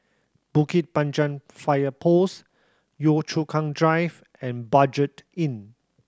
Bukit Panjang Fire Post Yio Chu Kang Drive and Budget Inn